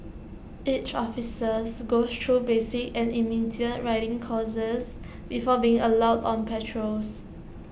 each officers goes through basic and intermediate riding courses before being allowed on patrols